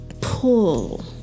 pull